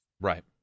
Right